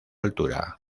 altura